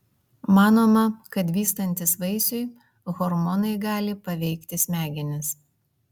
manoma kad vystantis vaisiui hormonai gali paveikti smegenis